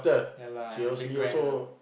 ya lah a bit grand ah